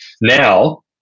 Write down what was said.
Now